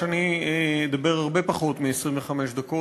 שאני אדבר הרבה פחות מ-25 דקות.